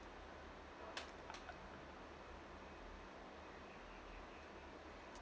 uh uh uh